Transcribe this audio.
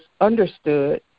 understood